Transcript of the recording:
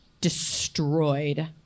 destroyed